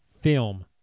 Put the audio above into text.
film